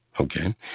Okay